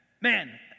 man